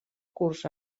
curs